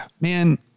man